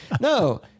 No